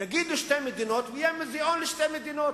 יגידו "שתי מדינות" ויהיה מוזיאון לשתי מדינות.